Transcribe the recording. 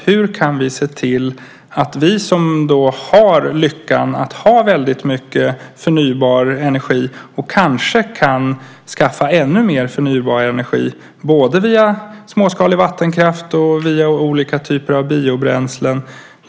Hur kan vi se till att vi som har lyckan att ha tillgång till förnybar energi kanske kan skaffa ännu mer förnybar energi både via småskalig vattenkraft och via olika typer av biobränslen?